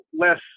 less